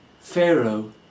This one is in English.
Pharaoh